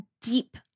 deep